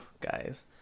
guys